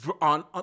on